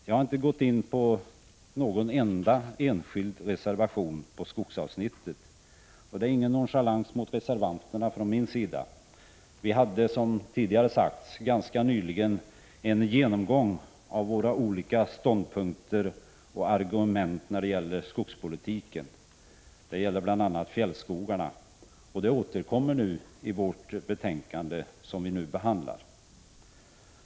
Jag har inte gått in på någon enda enskild reservation inom skogsavsnittet. Det är ingen nonchalans mot reservanterna från min sida. Vi hade, som tidigare sagts, ganska nyligen en genomgång av våra olika Prot. 1985/86:118 ståndpunkter och argument när det gäller skogspolitiken. Det gällde bl.a. 16 april 1986 fjällskogarna, och det återkommer nu i det betänkande som vi behandlar.